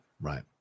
right